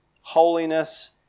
Holiness